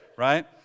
Right